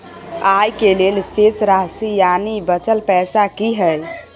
आय के लेल शेष राशि यानि बचल पैसा की हय?